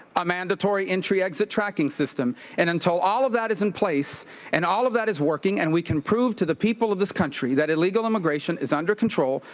a mandatory entry exit tracking system and until all of that is in place and all of that is working and we can prove to the people of this country that illegal immigration is under control,